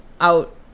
out